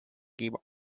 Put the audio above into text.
give